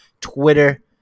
Twitter